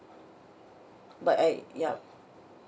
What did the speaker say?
but I yup